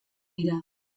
dira